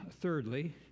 thirdly